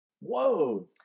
Whoa